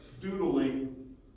doodling